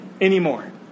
anymore